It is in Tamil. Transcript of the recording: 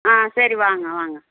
ஆ சரி வாங்க வாங்க